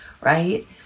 right